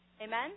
Amen